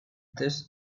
this